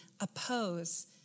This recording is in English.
oppose